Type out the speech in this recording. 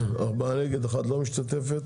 ארבעה נגד, אחת לא משתתפת.